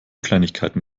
kleinigkeiten